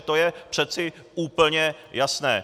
To je přece úplně jasné.